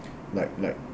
like like